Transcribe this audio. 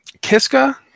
Kiska